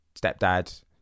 stepdad